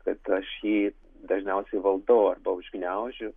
kad aš jį dažniausiai valdau arba užgniaužiu